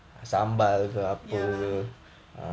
ya